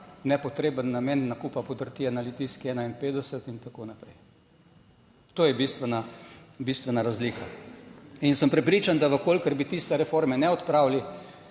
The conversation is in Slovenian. nepotreben namen nakupa podrtije na Litijski 51 in tako naprej. To je bistvena, bistvena razlika in sem prepričan, da v kolikor bi tiste reforme ne odpravili,